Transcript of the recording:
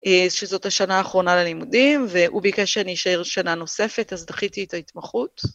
שזאת השנה האחרונה ללימודים, והוא ביקש שאני אשאר שנה נוספת, אז דחיתי את ההתמחות.